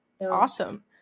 awesome